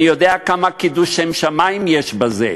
אני יודע כמה קידוש שם שמים יש בזה.